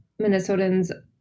Minnesotans